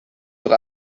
doch